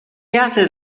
haces